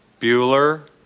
Bueller